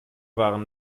waren